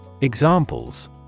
Examples